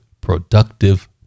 productive